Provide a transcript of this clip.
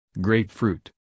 grapefruit